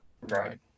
Right